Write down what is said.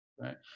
Right